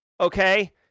okay